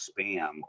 spam